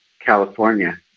California